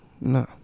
no